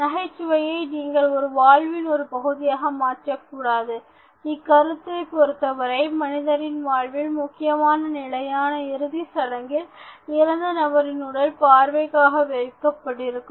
நகைச்சுவையை நீங்கள் வாழ்வின் ஒரு பகுதியாக மாற்றக்கூடாது இக்கருத்தைப் பொருத்தவரையில் மனிதரின் வாழ்வில் முக்கியமான நிலையான இறுதி சடங்கில் இறந்த நபரின் உடல் பார்வைக்காக வைக்கப்பட்டிருக்கும்